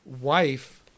wife